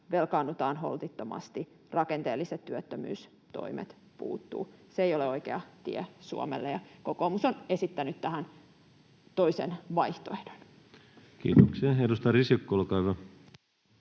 velkaannutaan holtittomasti, rakenteelliset työttömyystoimet puuttuvat. Se ei ole oikea tie Suomelle, ja kokoomus on esittänyt tähän toisen vaihtoehdon. Kiitoksia. — Edustaja Risikko, olkaa hyvä.